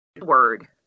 word